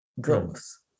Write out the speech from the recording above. growth